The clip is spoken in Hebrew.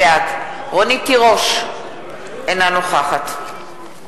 נגד אנסטסיה מיכאלי, נגד אלכס מילר, אינו נוכח סטס